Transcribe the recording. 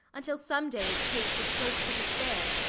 until some days kate was close to despair.